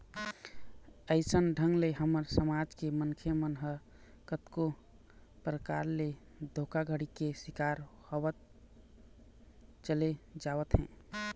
अइसन ढंग ले हमर समाज के मनखे मन ह कतको परकार ले धोखाघड़ी के शिकार होवत चले जावत हे